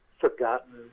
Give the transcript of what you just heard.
forgotten